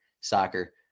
Soccer